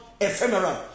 ephemeral